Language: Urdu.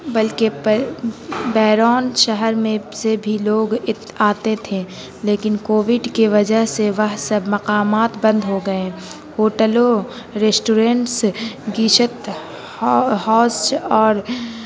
بلکہ بیرون شہر میں سے بھی لوگ آتے تھے لیکن کووڈ کے وجہ سے وہ سب مقامات بند ہو گئے ہیں ہوٹلوں ریسٹورینٹس گیشت ہاؤس اور